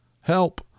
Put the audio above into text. Help